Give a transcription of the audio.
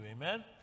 Amen